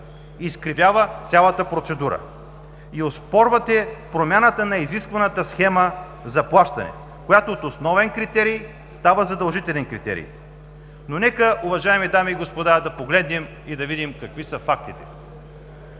изкривява цялата процедура“ и оспорвате промяната на изискваната схема за плащане, която от основен става задължителен критерий. Но нека, уважаеми дами и господа, да погледнем и да видим какви са фактите.